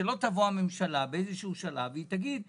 שלא תבוא הממשלה באיזשהו שלב ותגיד - נכון,